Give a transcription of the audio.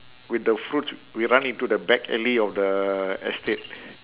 with the fruits we run into the back alley of the estate